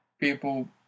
people